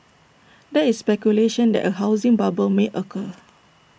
there is speculation that A housing bubble may occur